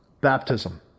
baptism